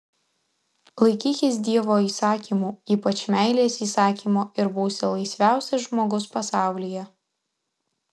laikykis dievo įsakymų ypač meilės įsakymo ir būsi laisviausias žmogus pasaulyje